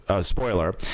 spoiler